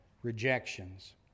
rejections